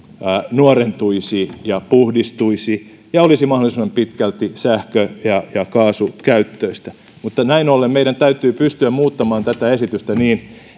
nuorentuisi ja puhdistuisi ja olisi mahdollisimman pitkälti sähkö ja ja kaasukäyttöistä näin ollen meidän täytyy pystyä muuttamaan tätä esitystä niin